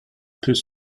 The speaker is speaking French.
peut